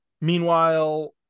Meanwhile